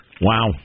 Wow